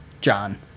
John